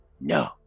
No